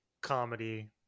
Comedy